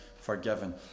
forgiven